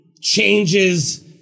changes